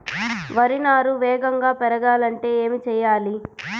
వరి నారు వేగంగా పెరగాలంటే ఏమి చెయ్యాలి?